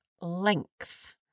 length